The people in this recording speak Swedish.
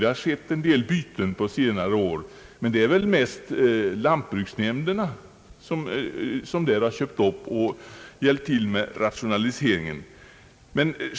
Det har skett en del byten på senare år, men det är mest lantbruksnämnderna som köpt upp och hjälpt till med rationaliseringen.